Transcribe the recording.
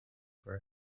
for